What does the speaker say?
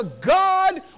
God